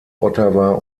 ottawa